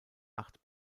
acht